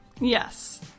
yes